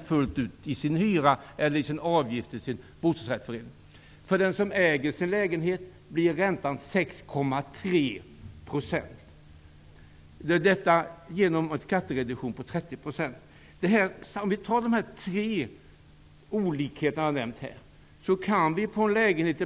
% fullt ut i sin hyra eller i avgift till bostadsrättsföreningen. För den som äger sin lägenhet blir räntan 6,3 %-- detta tack vare skattereduktionen på 30 %. Låt oss se på de olikheter jag har nämnt.